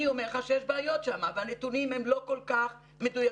אני אומר לך שיש בעיות שם והנתונים הם לא כל כך מדויקים,